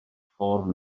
ffordd